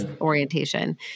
orientation